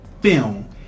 film